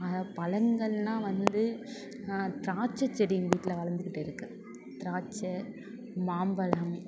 பழங்கள்னா வந்து திராட்சை செடி எங்கள் வீட்டில் வளர்ந்துக்கிட்டு இருக்கு திராட்சை மாம்பழம்